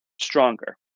stronger